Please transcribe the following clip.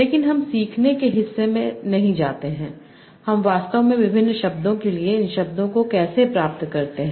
लेकिन हम सीखने के हिस्से से नहीं जाते हैं हम वास्तव में विभिन्न शब्दों के लिए इन शब्दों को कैसे प्राप्त करते हैं